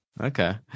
okay